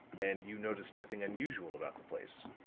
and you noticed nothing unusual about the place?